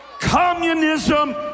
Communism